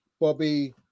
Bobby